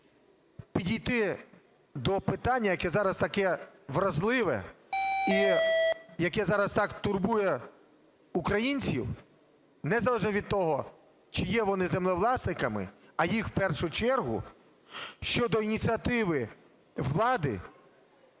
як підійти до питання, яке зараз таке вразливе і яке зараз так турбує українців незалежно від того, чи є вони землевласниками. А їх в першу чергу щодо ініціативи влади